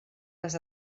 les